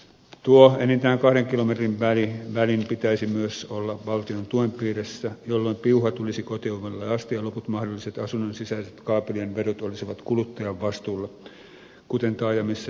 tuon enintään kahden kilometrin välin pitäisi myös olla valtion tuen piirissä jolloin piuha tulisi kotiovelle asti ja loput mahdolliset asunnon sisäiset kaapelien vedot olisivat kuluttajan vastuulla kuten taajamissa ja kerrostaloissakin